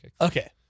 Okay